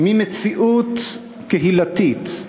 ממציאות קהילתית.